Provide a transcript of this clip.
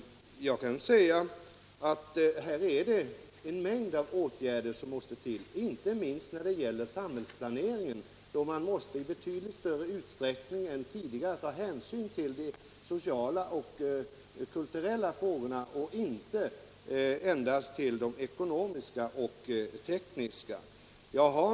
Det måste här till en mängd av åtgärder, inte minst när det gäller samhällsplaneringen, där man i betydligt större utsträckning än hittills måste ta hänsyn till de sociala och kulturella frågorna och inte endast till de ekonomiska och tekniska.